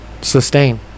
Sustain